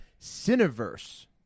Cineverse